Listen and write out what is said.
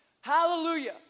Hallelujah